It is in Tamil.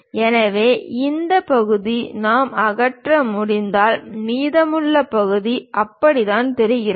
எனவே இந்த பகுதியை நாம் அகற்ற முடிந்தால் மீதமுள்ள பகுதி அப்படித்தான் தெரிகிறது